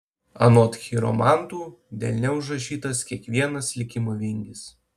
anot chiromantų delne užrašytas kiekvienas likimo vingis